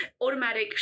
automatic